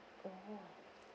mmhmm